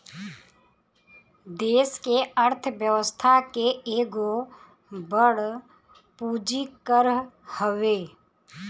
देस के अर्थ व्यवस्था के एगो बड़ पूंजी कर हवे